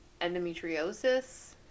endometriosis